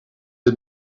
het